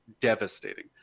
devastating